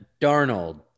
Darnold